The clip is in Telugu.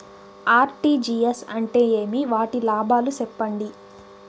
ఆర్.టి.జి.ఎస్ అంటే ఏమి? వాటి లాభాలు సెప్పండి?